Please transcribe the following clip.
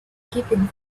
keeping